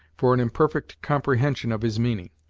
for an imperfect comprehension of his meaning.